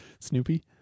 Snoopy